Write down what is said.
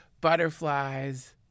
butterflies